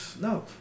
No